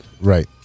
Right